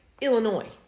Illinois